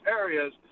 areas